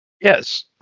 Yes